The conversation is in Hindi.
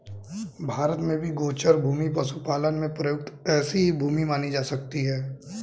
भारत में भी गोचर भूमि पशुपालन में प्रयुक्त ऐसी ही भूमि मानी जा सकती है